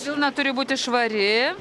vilna turi būti švari